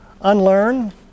unlearn